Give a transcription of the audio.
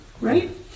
right